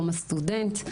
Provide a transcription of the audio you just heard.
יום הסטודנט,